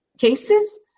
cases